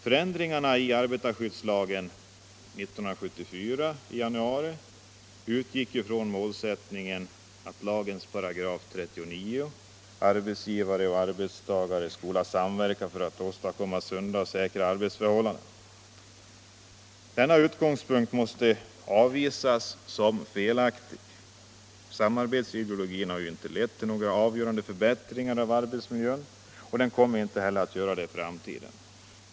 Förändringarna 1 arbetarskyddslagen i januari 1974 utgick från målsättningen i lagens 39 §: ”Arbetsgivare och arbetstagare skola samverka för att åstadkomma sunda och säkra arbetsförhållanden.” Denna utgångspunkt måste avvisas som felaktig. Samarbetsideologin har inte lett till några avgörande förbättringar av arbetsmiljön. Den kommer inte heller att göra det i framtiden.